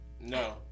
No